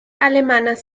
alemanas